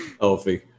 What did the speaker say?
Healthy